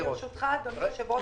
יש פער של 65 מיליון שקל.